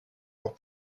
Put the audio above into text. pour